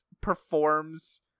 performs